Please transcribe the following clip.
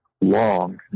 long